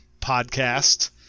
podcast